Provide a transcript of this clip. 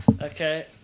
Okay